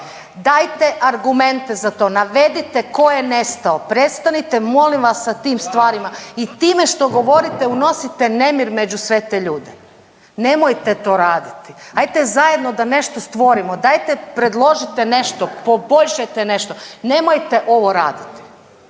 Dajte argumente za to, navedite tko je nestao, prestanite molim vas sa tim stvarima i time što govorite unosite nemir među sve te ljude. Nemojte to raditi. Ajde zajedno da nešto stvorimo, dajte predložite nešto, poboljšajte nešto, nemojte ovo raditi.